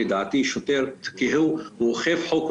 לדעתי שוטר הוא אוכף חוק,